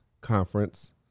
conference